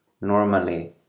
normally